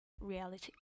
reality